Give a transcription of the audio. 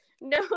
no